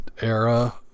era